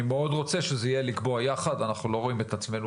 אני מאוד רוצה שנקבע יחד, אנחנו לא רואים את עצמנו